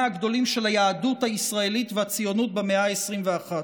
הגדולים של היהדות הישראלית והציונות במאה ה-21.